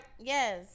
Yes